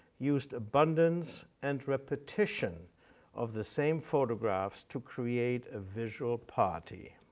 used abundance and repetition of the same photographs to create a visual party.